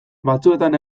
batzuetan